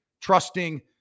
trusting